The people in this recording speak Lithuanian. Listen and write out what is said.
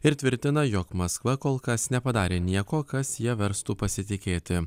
ir tvirtina jog maskva kol kas nepadarė nieko kas ja verstų pasitikėti